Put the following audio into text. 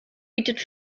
bietet